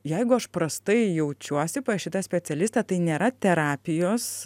jeigu aš prastai jaučiuosi pas šitą specialistą tai nėra terapijos